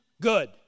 good